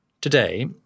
Today